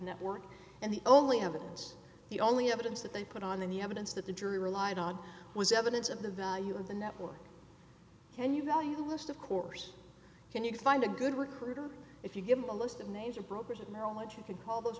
network and the only evidence the only evidence that they put on the evidence that the jury relied on was evidence of the value of the network can you value list of course can you find a good recruiter if you give them a list of names or brokers at merrill lynch you could call those